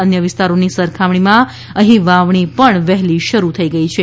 અન્ય વિસ્તારોની સરખામણીમાં અહીં વાવણી પણ વહેલી શરૂ થઇ છે